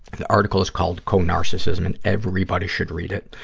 the article is called co-narcissism and everybody should read it.